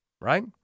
Right